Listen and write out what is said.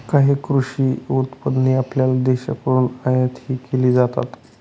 काही कृषी उत्पादने आपल्या देशाकडून आयातही केली जातात